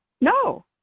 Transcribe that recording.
No